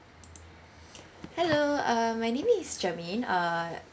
hello um my name is germaine uh